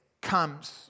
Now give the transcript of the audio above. comes